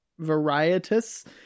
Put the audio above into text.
varietous